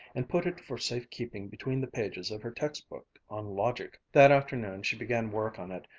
and put it for safe-keeping between the pages of her text-book on logic. that afternoon she began work on it,